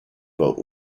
boat